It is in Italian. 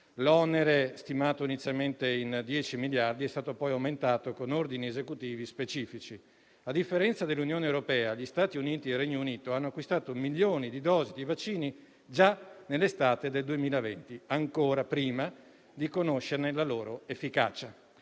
L'onere, stimato inizialmente in 10 miliardi, è stato poi aumentato con ordini esecutivi specifici. A differenza dell'Unione europea, gli Stati Uniti e il Regno Unito hanno acquistato milioni di dosi di vaccini già nell'estate del 2020, ancora prima di conoscerne l'efficacia.